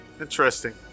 Interesting